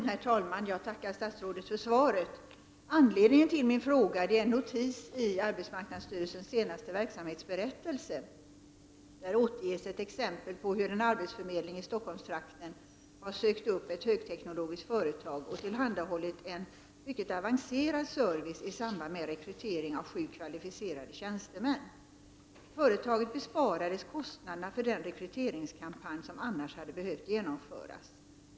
Herr talman! Jag tackar statsrådet för svaret. Anledningen till min fråga är en notis i arbetsmarknadsstyrelsens senaste verksamhetsberättelse. Där återfinns ett exempel på att en arbetsförmedling i Stockholmstrakten har sökt upp ett högteknologiskt företag och tillhandahållit en mycket avancerad service i samband med rekrytering av sju kvalificerade tjänstemän. annars hade behövt genomföra.